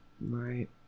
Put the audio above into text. right